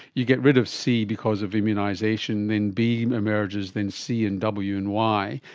you get rid of c because of immunisation, then b emerges, then c and w and y,